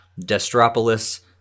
Destropolis